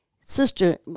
sister